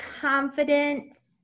confidence